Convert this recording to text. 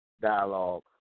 dialogue